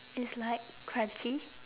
it's like crunchy